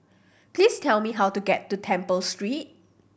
please tell me how to get to Temple Street